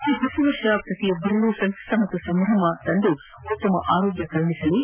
ಈ ಹೊಸ ವರ್ಷ ಪ್ರತಿಯೊಬ್ಬರಲ್ಲಿಯೂ ಸಂತಸ ಮತ್ತು ಸಂಭ್ರಮವನ್ನು ತಂದು ಉತ್ತಮ ಆರೋಗ್ಯ ಕರುಣಿಸಲಿ